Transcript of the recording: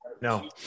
No